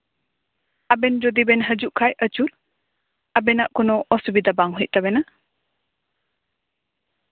ᱟᱵᱮᱱ ᱡᱩᱫᱤ ᱵᱮᱱ ᱦᱤᱡᱩᱜ ᱠᱷᱟᱱ ᱟᱹᱪᱩᱨ ᱟᱵᱮᱱᱟᱜ ᱠᱳᱱᱳ ᱚᱥᱩᱵᱤᱫᱷᱟ ᱵᱟᱝ ᱦᱩᱭᱩᱜ ᱛᱟᱵᱮᱱᱟ